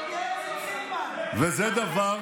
תשאל את סילמן אם זה חוקי,